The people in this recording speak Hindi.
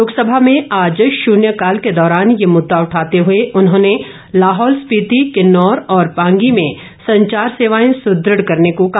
लोकसभा में आज शून्य काल के दौरान ये मुद्दा उठाते हुए उन्होंने लाहौल स्पिति किन्नौर और पांगी में संचार सेवाए सुदृढ़ करने को कहा